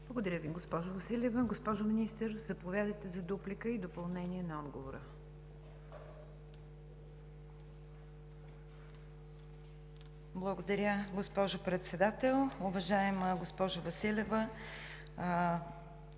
Благодаря Ви, госпожо Василева. Госпожо Министър, заповядайте за дуплика и допълнения на отговора. МИНИСТЪР ПЕТЯ АВРАМОВА: Благодаря, госпожо Председател. Уважаема госпожо Василева,